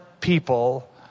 people